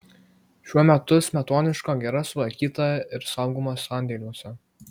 šiuo metu smetoniška gira sulaikyta ir saugoma sandėliuose